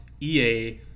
EA